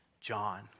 John